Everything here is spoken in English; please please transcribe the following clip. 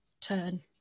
turn